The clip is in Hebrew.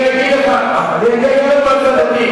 מועצות דתיות.